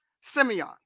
simeon